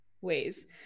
ways